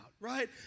right